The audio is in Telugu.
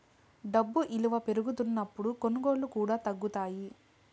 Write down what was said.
డబ్బు ఇలువ పెరుగుతున్నప్పుడు కొనుగోళ్ళు కూడా తగ్గుతాయి